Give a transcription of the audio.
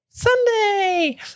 Sunday